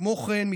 כמו כן,